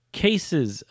cases